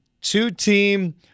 two-team